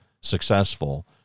successful